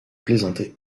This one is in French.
plaisantais